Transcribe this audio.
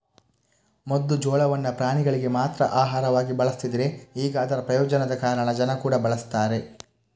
ಮೊದ್ಲು ಜೋಳವನ್ನ ಪ್ರಾಣಿಗಳಿಗೆ ಮಾತ್ರ ಆಹಾರವಾಗಿ ಬಳಸ್ತಿದ್ರೆ ಈಗ ಅದರ ಪ್ರಯೋಜನದ ಕಾರಣ ಜನ ಕೂಡಾ ಬಳಸ್ತಾರೆ